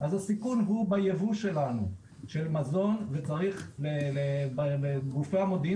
אז הסיכון הוא בייבוא שלנו של מזון וצריך לגופי המודיעין